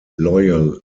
loyal